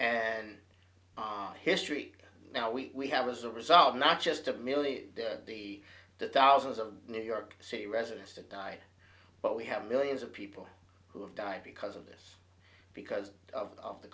and our history now we have as a result not just of merely the the thousands of new york city residents to die but we have millions of people who have died because of this because of the